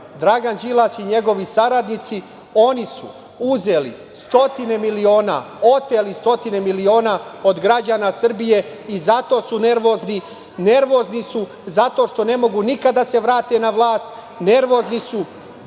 Dragan Đilas i njegovi saradnici, oni su uzeli stotine miliona, oteli stotine miliona od građana Srbije i zato su nervozni. Nervozni su zato što ne mogu nikada da se vrate na vlast. Nervozni su